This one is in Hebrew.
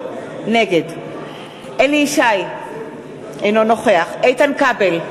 נגד אליהו ישי, אינו נוכח איתן כבל,